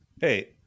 Hey